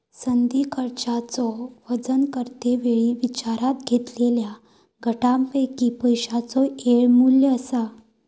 संधी खर्चाचो वजन करते वेळी विचारात घेतलेल्या घटकांपैकी पैशाचो येळ मू्ल्य असा